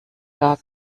gar